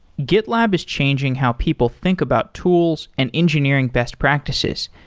gitlab is changing how people think about tools and engineering best practices,